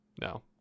no